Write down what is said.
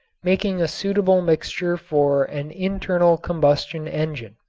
making a suitable mixture for an internal combustion engine.